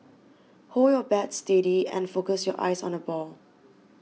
hold your bat steady and focus your eyes on the ball